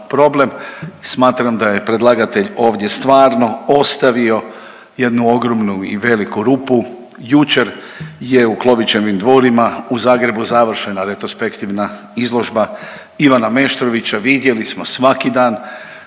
problem. Smatram da je predlagatelj ovdje stvarno ostavio jednu ogromnu i veliku rupu. Jučer je u Klovićevim dvorima u Zagrebu završena retrospektivna izložba Ivana Meštrovića, vidjeli smo svaki dan